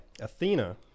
Athena